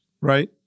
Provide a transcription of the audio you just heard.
right